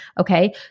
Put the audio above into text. Okay